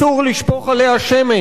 אסור לשפוך עליה שמן.